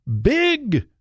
big